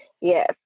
yes